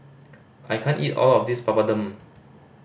I can't eat all of this Papadum